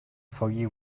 foggy